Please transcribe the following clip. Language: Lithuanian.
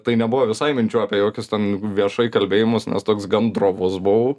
tai nebuvo visai minčių apie jokius ten viešai kalbėjimus nes toks gan drovus buvau